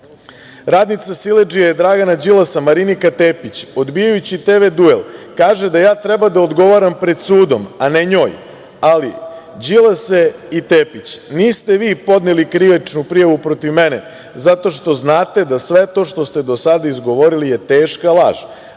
Palma.„Radnica siledžije Dragana Đilasa, Marinika Tepić odbijajući TV duel kaže da ja treba da odgovaram pred sudom, a ne njoj, ali Đilase i Tepić, niste vi podneli krivičnu prijavu protiv mene, zato što znate da sve to što ste do sada izgovorili je teška laž,